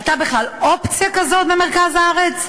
הייתה בכלל אופציה כזאת במרכז הארץ?